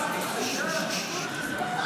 אני קובע כי סעיף 1 כנוסח הוועדה התקבל.